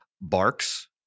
Barks